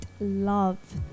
love